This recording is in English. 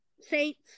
Saints